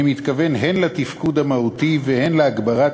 אני מתכוון הן לתפקוד המהותי והן להגברת